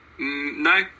no